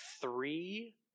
three